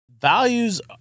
values